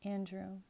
Andrew